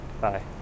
Bye